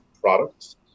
products